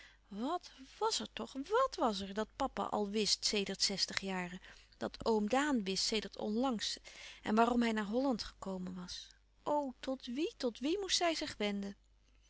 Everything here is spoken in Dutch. wàt was er toch wàt was er dat papa al wist sedert zestig jaren dat oom daan wist sedert onlangs en waarom hij naar holland gekomen was o tot wie tot wie moest zij zich wenden